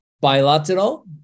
Bilateral